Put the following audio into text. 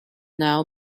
now